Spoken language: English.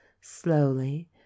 slowly